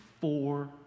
four